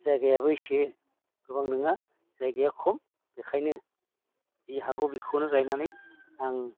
जायगायाबो एसे गोबां नङा जायगाया खम बेखायनो जि हागौ बेखौनो गायनानै आं